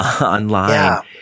online